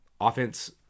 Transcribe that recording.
Offense